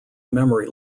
memory